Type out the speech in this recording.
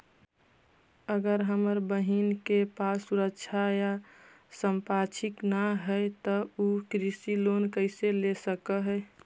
अगर हमर बहिन के पास सुरक्षा या संपार्श्विक ना हई त उ कृषि लोन कईसे ले सक हई?